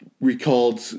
recalled